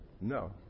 No